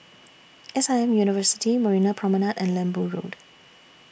S I M University Marina Promenade and Lembu Road